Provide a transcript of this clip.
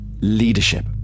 Leadership